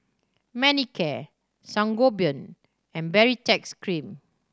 Manicare Sangobion and Baritex Cream